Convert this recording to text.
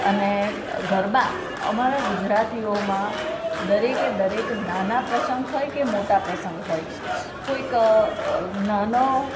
અને ગરબા અમારા ગુજરાતીઓમાં દરેકે દરેક નાના પ્રસંગ હોય કે મોટા પ્રસંગ હોય કોઈક નાનો